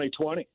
2020